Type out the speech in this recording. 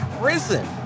prison